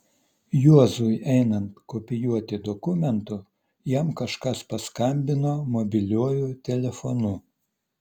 juozui einant kopijuoti dokumentų jam kažkas paskambino mobiliuoju telefonu